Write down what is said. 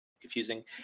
confusing